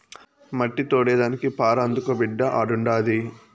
మట్టి తోడేదానికి పార అందుకో బిడ్డా ఆడుండాది